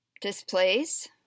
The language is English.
displays